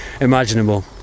imaginable